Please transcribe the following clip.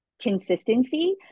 consistency